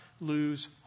lose